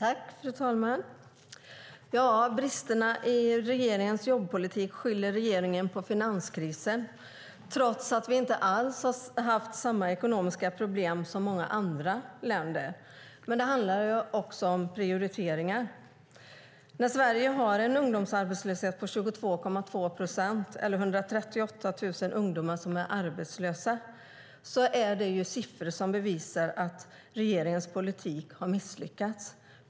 Fru talman! Bristerna i regeringens jobbpolitik skyller regeringen på finanskrisen, trots att vi inte alls har haft samma ekonomiska problem som många andra länder. Men det handlar också om prioriteringar. Sverige har en ungdomsarbetslöshet på 22,2 procent. 138 000 ungdomar är arbetslösa. Det är siffror som bevisar att regeringens politik har misslyckats.